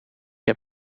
heb